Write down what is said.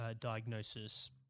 diagnosis